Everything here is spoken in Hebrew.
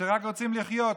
שרק רוצים לחיות.